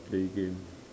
play game